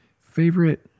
favorite